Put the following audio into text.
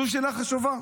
זו שאלה חשובה.